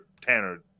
Tanner